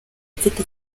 mfite